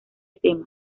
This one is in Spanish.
tema